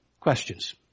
questions